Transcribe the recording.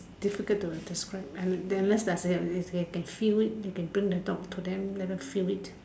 difficult to describe and they unless they can feel it they can bring the dog to them let them feel it